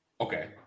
okay